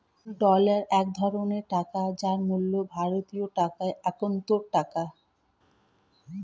dollar এক ধরনের টাকা যার মূল্য ভারতীয় টাকায় একাত্তর টাকা